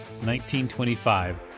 1925